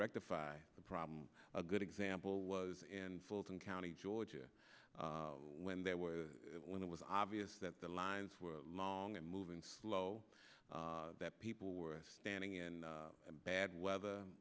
rectify the problem a good example was in fulton county georgia when there were when it was obvious that the lines were long and moving slow that people were standing in bad weather